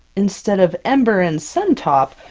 instead of ember and suntop!